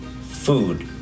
food